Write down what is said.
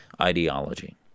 ideology